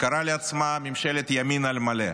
היא קראה לעצמה ממשלת ימין על מלא,